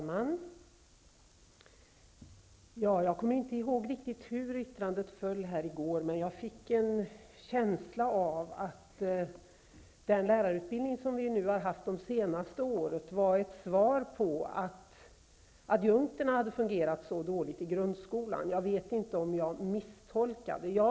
Fru talman! Jag kommer inte riktigt ihåg hur yttrandet föll här i går, men jag fick en känsla av att den lärarutbildning som vi har haft under de senaste åren är ett svar på detta med att adjunkterna fungerat så dåligt i grundskolan. Jag vet inte om jag har misstolkade det.